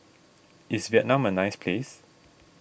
is Vietnam a nice place